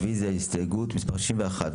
מי בעד הרוויזיה על הסתייגות מספר 56?